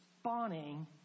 spawning